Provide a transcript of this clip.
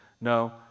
no